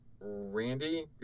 Randy